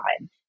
time